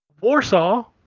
Warsaw